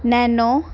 nano